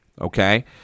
okay